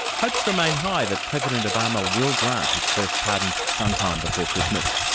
hopes remain high that president obama will grant his first pardons sometime before christmas.